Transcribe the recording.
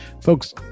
folks